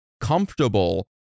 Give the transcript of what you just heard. comfortable